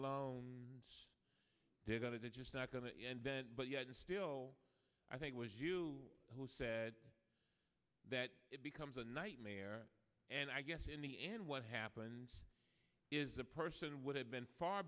loans they got it it's just not going to end then but yet and still i think it was you who said that it becomes a nightmare and i guess in the end what happens is the person would have been far